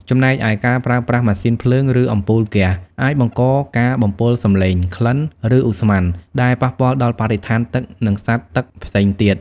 ចំណែកឯ ការប្រើប្រាស់ម៉ាស៊ីនភ្លើង ឬអំពូលហ្គាស អាចបង្កការបំពុលសំឡេង ក្លិន ឬឧស្ម័ន ដែលប៉ះពាល់ដល់បរិស្ថានទឹក និងសត្វទឹកផ្សេងទៀត។